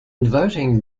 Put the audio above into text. voting